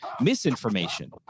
misinformation